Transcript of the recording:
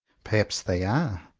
per haps they are.